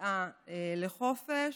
יציאה לחופש,